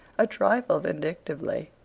a trifle vindictively,